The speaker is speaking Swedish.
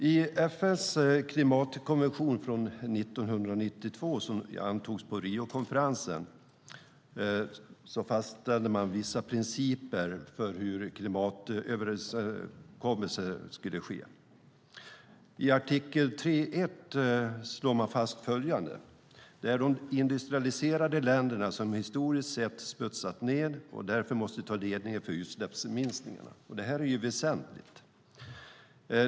I FN:s klimatkonvention från 1992 som antogs på Riokonferensen fastställde man vissa principer för hur klimatöverenskommelser skulle ske. I artikel 3:1 slår man fast följande: Det är de industrialiserade länderna som historiskt sett smutsat ned och därför måste ta ledningen för utsläppsminskningarna. Det är väsentligt.